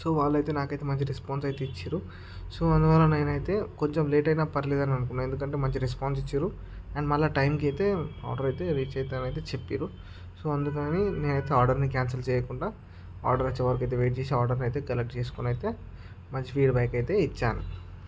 so వాళ్ళు అయితే నాకైతే మంచి రెస్పాన్స్ అయితే ఇచ్చారు సో అందువలన నేనైతే కొంచెం లేట్ అయిన పర్వాలేదు అని అనుకున్నా ఎందుకంటే మంచి రెస్పాన్స్ ఇచ్చారు అండ్ మరలా టైంకి అయితే ఆర్డర్ అయితే రీచ్ అవుతుందని అయితే చెప్పిరు సో అందుకని నేనైతే ఆర్డర్ని క్యాన్సల్ చేయకుండా ఆర్డర్ వచ్చే వరకు అయితే వెయిట్ చేసి ఆర్డర్ని కలెక్ట్ చేసుకుని అయితే మంచి ఫీడ్బ్యాక్ అయితే ఇచ్చాను